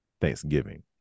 Thanksgiving